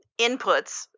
inputs